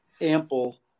ample